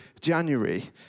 January